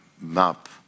map